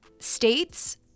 States